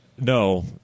No